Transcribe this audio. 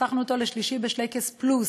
והפכנו אותו ל"שלישי בשלייקעס פלוס"